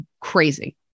crazy